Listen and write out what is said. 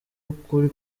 ukuri